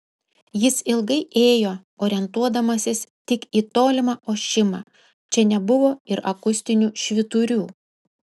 jis ilgai ėjo orientuodamasis tik į tolimą ošimą čia nebuvo ir akustinių švyturių